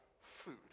food